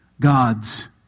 God's